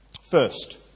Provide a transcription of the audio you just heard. First